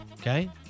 okay